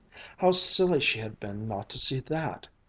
how silly she had been not to see that.